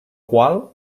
gual